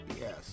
Yes